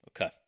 Okay